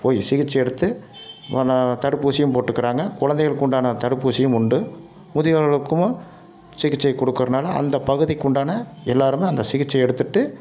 போய் சிகிச்சை எடுத்து மன தடுப்பூசியும் போட்டுக்கிறாங்க குழந்தைகளுக்கு உண்டான தடுப்பூசியும் உண்டு முதியோர்களுக்கும் சிகிச்சை கொடுக்கறனால அந்த பகுதிக்குண்டான எல்லாருமே அந்த சிகிச்சை எடுத்துகிட்டு